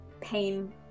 pain